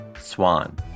swan